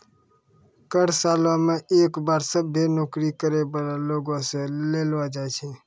कर सालो मे एक बार सभ्भे नौकरी करै बाला लोगो से लेलो जाय छै